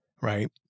right